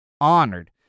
honored